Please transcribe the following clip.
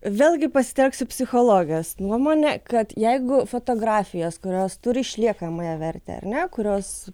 vėlgi pasitelksiu psichologės nuomonę kad jeigu fotografijos kurios turi išliekamąją vertę ar ne kurios